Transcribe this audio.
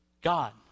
God